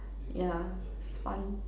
yeah it's fun